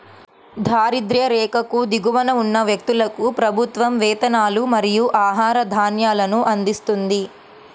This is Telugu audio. దారిద్య్ర రేఖకు దిగువన ఉన్న వ్యక్తులకు ప్రభుత్వం వేతనాలు మరియు ఆహార ధాన్యాలను అందిస్తుంది